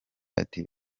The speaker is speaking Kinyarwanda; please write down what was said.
ati